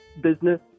business